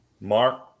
Mark